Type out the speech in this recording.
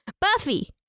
Buffy